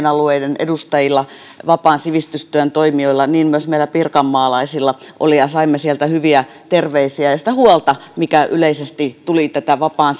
alueiden edustajilla vapaan sivistystyön toimijoiden kanssa niin myös meillä pirkanmaalaisilla oli ja saimme sieltä hyviä terveisiä ja kuulla sitä huolta mikä yleisesti tuli esimerkiksi tätä vapaan